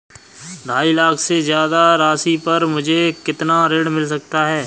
ढाई लाख से ज्यादा राशि पर मुझे कितना ऋण मिल सकता है?